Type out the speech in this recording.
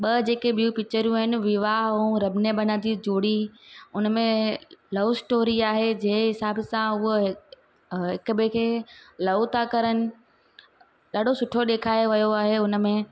ॿ जेके ॿियूं पिकिचरूं आहिनि विवाह ऐं रब ने बना दी जोड़ी उनमें लव स्टोरी आहे जंहिं हिसाब सां हूअ हिक ॿिए खे लव था कनि ॾाढो सुठो ॾेखारियो वियो आहे हुनमें